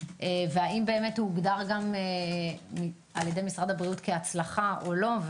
והאם הוא הוגדר על ידי משרד הבריאות כהצלחה או לא,